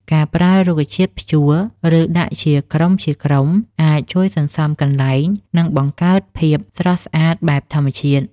ការប្រើរុក្ខជាតិព្យួរ ឬដាក់ជាក្រុមៗអាចជួយសន្សំកន្លែង និងបង្កើតភាពស្រស់ស្អាតបែបធម្មជាតិ។